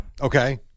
Okay